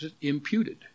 imputed